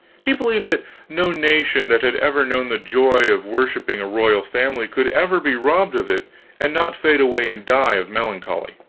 he believed that no nation that had ever known the joy of worshiping a royal family could ever be robbed of it and not fade away and die of melancholy.